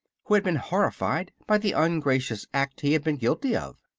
who had been horrified by the ungracious act he had been guilty of.